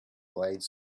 blades